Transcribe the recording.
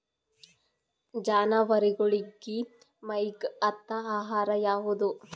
ಜಾನವಾರಗೊಳಿಗಿ ಮೈಗ್ ಹತ್ತ ಆಹಾರ ಯಾವುದು?